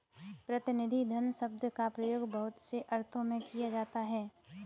प्रतिनिधि धन शब्द का प्रयोग बहुत से अर्थों में किया जाता रहा है